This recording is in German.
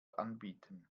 anbieten